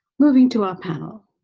moving to our panel